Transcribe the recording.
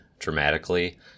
dramatically